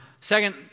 Second